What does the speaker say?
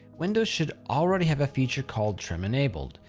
windows should already have a feature called trim enabled.